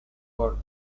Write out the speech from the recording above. for